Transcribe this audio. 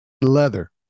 leather